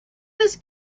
was